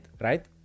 right